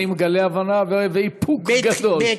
אני מגלה הבנה ואיפוק גדול.